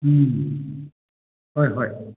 ꯎꯝ ꯍꯣꯏ ꯍꯣꯏ